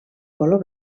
color